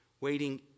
waiting